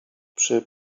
przy